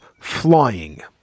Flying